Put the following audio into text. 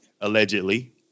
allegedly